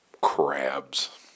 crabs